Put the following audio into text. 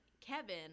Kevin